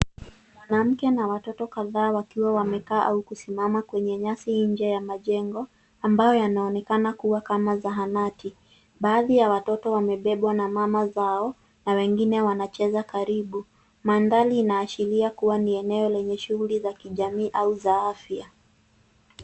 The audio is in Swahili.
Mwanamke na watoto kadhaa wakiwa wameketi au kusimama kwenye nyasi nje ya majengo ambayo yanaonekana kuwa kama zahanati. Baadhi ya watoto wamebebwa na mama zao na wengine wanacheza karibu. Mandhari inaashiria kuwa ni eneo lenye shughuli za kijamii au za afya.